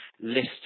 list